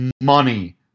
money